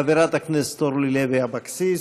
חברת הכנסת אורלי לוי אבקסיס,